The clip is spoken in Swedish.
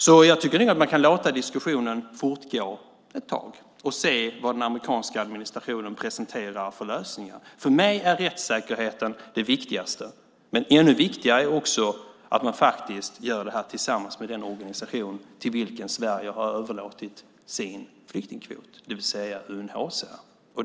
Så jag tycker att man kan låta diskussionen fortgå ett tag och se vad den amerikanska administrationen presenterar för lösningar. För mig är rättssäkerheten det viktigaste. Men ännu viktigare är att man faktiskt gör det här tillsammans med den organisation till vilken Sverige har överlåtit sin flyktingkvot, det vill säga UNHCR.